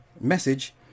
message